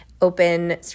open